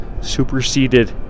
superseded